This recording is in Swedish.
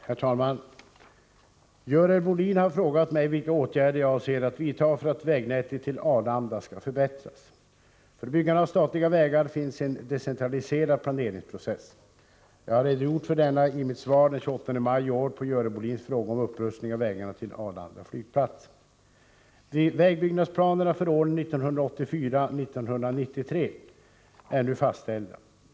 Herr talman! Görel Bohlin har frågat mig vilka åtgärder jag avser att vidta för att vägnätet till Arlanda skall förbättras. För byggande av statliga vägar finns en decentraliserad planeringsprocess. Jag har redogjort för denna i mitt svar den 28 maj i år på Görel Bohlins fråga om upprustning av vägarna till Arlanda flygplats. Vägbyggnadsplanerna för åren 1984-1993 är nu fastställda.